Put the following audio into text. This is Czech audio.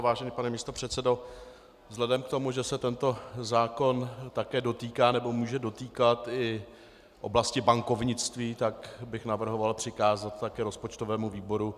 Vážený pane místopředsedo, vzhledem k tomu, že se tento zákon také dotýká, nebo může dotýkat i oblasti bankovnictví, navrhoval bych přikázat také rozpočtovému výboru.